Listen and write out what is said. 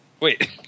wait